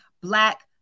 black